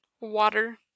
water